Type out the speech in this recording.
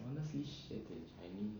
honestly shit in chinese